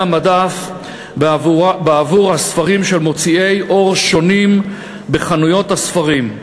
המדף בעבור הספרים של מוציאים לאור שונים בחנויות הספרים.